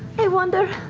i wonder.